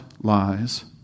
lies